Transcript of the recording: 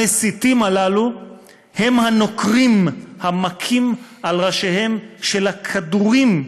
המסיתים הללו הם הנוקרים המכים על ראשיהם של הכדורים,